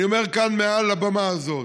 אני אומר כאן, מעל הבמה הזאת: